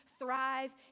thrive